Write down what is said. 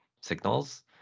signals